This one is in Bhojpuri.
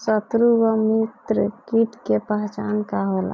सत्रु व मित्र कीट के पहचान का होला?